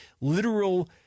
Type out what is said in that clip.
literal